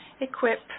equip